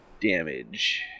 damage